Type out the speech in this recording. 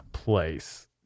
place